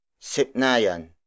Sipnayan